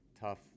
tough